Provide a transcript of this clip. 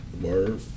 word